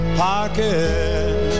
pocket